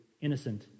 innocent